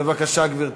בבקשה, גברתי.